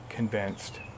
convinced